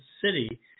City